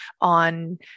on